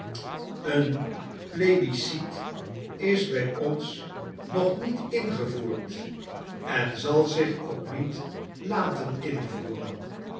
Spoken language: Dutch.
een plebiscit is bij ons nog niet ingevoerd en zal zich ook niet laten invoeren